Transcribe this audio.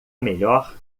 melhor